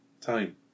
time